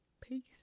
Peace